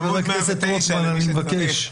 חבר הכנסת רוטמן, אני מבקש.